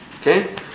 okay